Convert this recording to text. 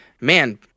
man